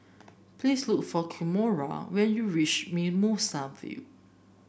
please look for Kimora when you reach Mimosa Vale